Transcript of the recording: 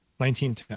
1910